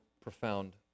profound